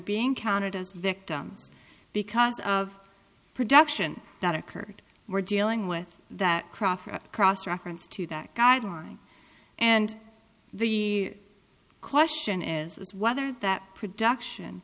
being counted as victims because of production that occurred we're dealing with that cross cross reference to that guideline and the question is whether that production